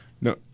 no